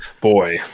Boy